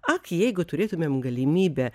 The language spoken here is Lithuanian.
ak jeigu turėtumėm galimybę